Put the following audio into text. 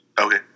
Okay